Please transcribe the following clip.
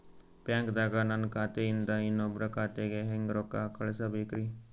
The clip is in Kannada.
ಬ್ಯಾಂಕ್ದಾಗ ನನ್ ಖಾತೆ ಇಂದ ಇನ್ನೊಬ್ರ ಖಾತೆಗೆ ಹೆಂಗ್ ರೊಕ್ಕ ಕಳಸಬೇಕ್ರಿ?